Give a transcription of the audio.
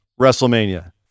WrestleMania